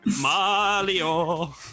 Mario